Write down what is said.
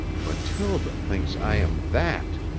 mathilde thinks i am that!